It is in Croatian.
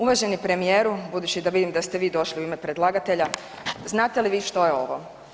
Uvaženi premijeru, budući da vidim da ste vi došli u ime predlagatelja, znate li vi što je ovo?